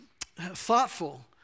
thoughtful